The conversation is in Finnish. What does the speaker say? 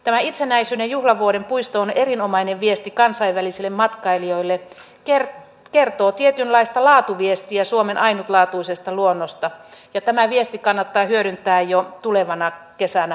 tämä itsenäisyyden juhlavuoden puisto on erinomainen viesti kansainvälisille matkailijoille kertoo tietynlaista laatuviestiä suomen ainutlaatuisesta luonnosta ja tämä viesti kannattaa hyödyntää jo tulevana kesänä matkailussa